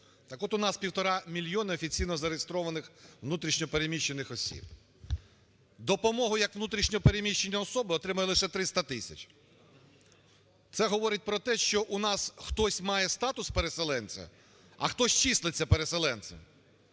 Так от у нас півтора мільйона офіційно зареєстрованих внутрішньо переміщених осіб. Допомогу як внутрішньо переміщені особи отримують лише 300 тисяч. Це говорить про те, що у нас хтось має статус переселенця, а хтось числиться переселенцем.